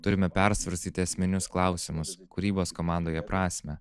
turime persvarstyti esminius klausimus kūrybos komandoje prasmę